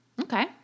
Okay